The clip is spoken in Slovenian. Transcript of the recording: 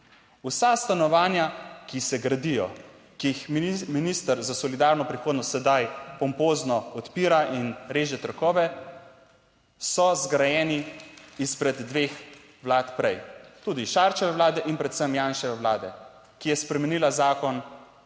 Vsa stanovanja, ki se gradijo, ki jih minister za solidarno prihodnost sedaj pompozno odpira in reže trakove, so zgrajeni izpred dveh vlad prej, tudi Šarčeve vlade in predvsem Janševe vlade, ki je spremenila